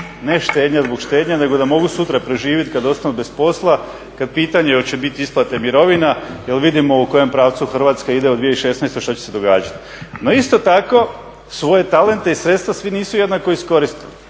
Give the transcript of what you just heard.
Ne štednja zbog štednje nego da mogu sutra preživjet kad ostanu bez posla, kad pitanje oće biti isplate mirovina, jel vidimo u kojem pravcu Hrvatska ide, u 2016. što će se događati. No isto tako svoje talente i sredstava svi nisu jednako iskoristili,